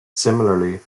similarly